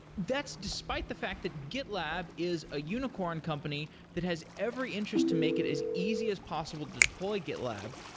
that's despite the fact that gitlab is a unicorn company that has every interest to make it as easy as possible to deploy gitlab,